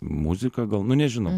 muzika gal nu nežinau